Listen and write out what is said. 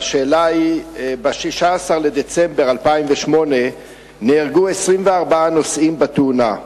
והשאלה היא: ב-16 בדצמבר 2008 נהרגו 24 נוסעים בתאונה.